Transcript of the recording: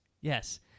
Yes